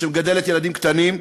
שמגדלת ילדים קטנים,